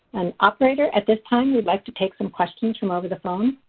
and operator at this time we'd like to take some questions from over the phone.